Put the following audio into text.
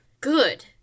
Good